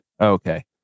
Okay